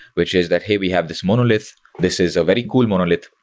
which is that, hey, we have this monolith. this is a very cool monolith,